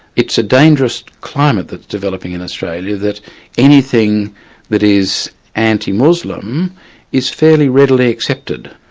it's a dangerous climate that's developing in australia, that anything that is anti-muslim is fairly readily accepted,